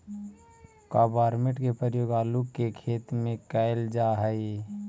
carbamate के प्रयोग आलू के खेत में कैल जा हई